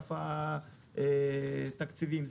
אגף התקציבים,